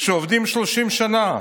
שעובדים 30 שנה.